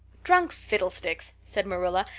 drunk fiddlesticks! said marilla,